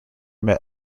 met